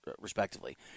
respectively